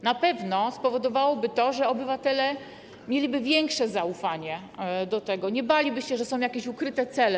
Na pewno spowodowałoby to, że obywatele mieliby większe zaufanie do tego, nie baliby się, że są jakieś ukryte cele.